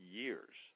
years